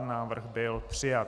Návrh byl přijat.